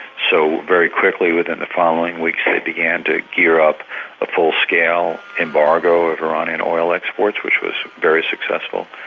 so very quickly within the following weeks, they began to gear up a full-scale embargo of iranian oil exports, which was very successful.